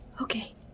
Okay